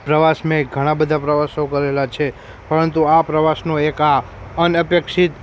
પ્રવાસ મેં ઘણાં બધા પ્રવાસો કરેલા છે પરંતુ આ પ્રવાસનો એક આ અનઅપેક્ષિત